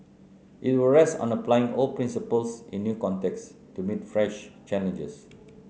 it will rest on applying old principles in new contexts to meet fresh challenges